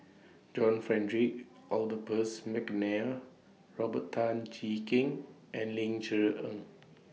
John Frederick Adolphus Mcnair Robert Tan Jee Keng and Ling Cher Eng